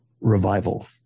revival